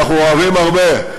אנחנו אוהבים הרבה,